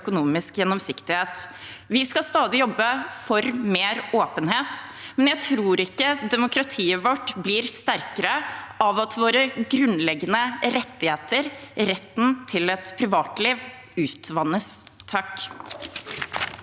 økonomisk gjennomsiktighet. Vi skal stadig jobbe for mer åpenhet, men jeg tror ikke demokratiet vårt blir sterkere av at våre grunnleggende rettigheter, retten til et privatliv, utvannes.